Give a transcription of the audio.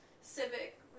Civic